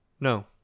No